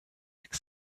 avec